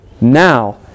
now